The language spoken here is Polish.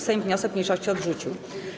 Sejm wniosek mniejszości odrzucił.